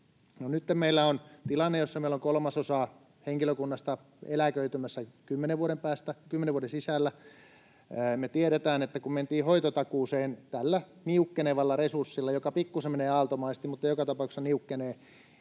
nytten meillä on tilanne, jossa meillä on kolmasosa henkilökunnasta eläköitymässä kymmenen vuoden sisällä, ja me tiedetään, että kun mentiin hoitotakuuseen tällä niukkenevalla resurssilla, joka pikkusen menee aaltomaisesti mutta joka tapauksessa niukkenee,